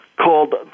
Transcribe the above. called